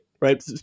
right